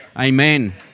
Amen